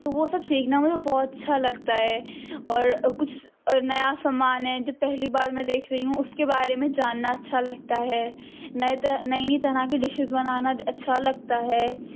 تو وہ سب سیکھنا مجھے بہت اچھا لگتا ہے اور کچھ نیا سامان ہے جو پہلی بار میں دیکھ رہی ہوں اس کے بارے میں جاننا اچھا لگتا ہے نئے نئی نئی طرح کی ڈشیز بنانا اچھا لگتا ہے